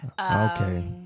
okay